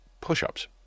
push-ups